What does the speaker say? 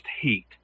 heat